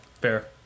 Fair